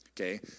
Okay